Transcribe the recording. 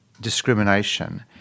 discrimination